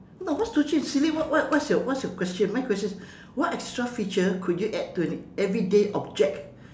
no what's too chim silly what what's your what's your question my question is what extra feature could you add to an everyday object